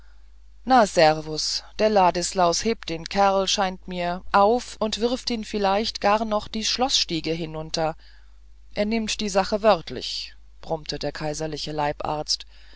na servus der ladislaus hebt den kerl scheint mir auf und wirft ihn vielleicht gar noch die schloßstiege hinunter er nimmt die sache wörtlich brummte der kaiserliche leibarzt